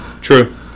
true